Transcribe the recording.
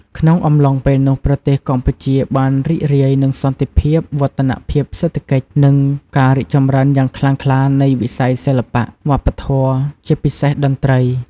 ក្នុងអំឡុងពេលនោះ ប្រទេសកម្ពុជាបានរីករាយនឹងសន្តិភាព វឌ្ឍនភាពសេដ្ឋកិច្ច និងការរីកចម្រើនយ៉ាងខ្លាំងក្លានៃវិស័យសិល្បៈ វប្បធម៌ ជាពិសេសតន្ត្រី ។